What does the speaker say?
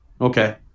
Okay